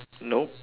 nope